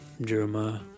Jeremiah